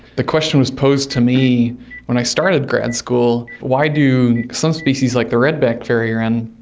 the question was posed to me when i started grad school why do some species like the red-backed fairy wren,